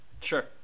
Sure